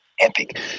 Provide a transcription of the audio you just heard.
epic